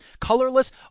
colorless